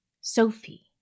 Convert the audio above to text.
Sophie